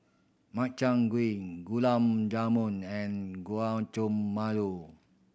Makchang Gui Gulab Jamun and